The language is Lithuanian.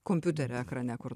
kompiuterio ekrane kur